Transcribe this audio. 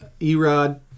Erod